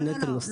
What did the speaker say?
וזה נטל נוסף.